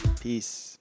Peace